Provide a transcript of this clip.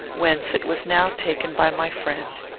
whence it was now taken by my friend.